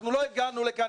אנחנו לא הגענו לכאן,